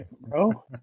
Bro